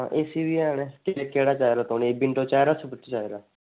उसी बी हैन तुसें केह्ड़ा चाहिदा तुसें विंडो चाहिदा स्विफ्ट चाहिदा